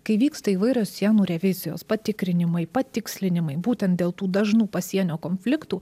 kai vyksta įvairios sienų revizijos patikrinimai patikslinimai būtent dėl tų dažnų pasienio konfliktų